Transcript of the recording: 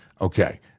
Okay